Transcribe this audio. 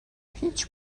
هیچ